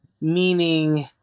Meaning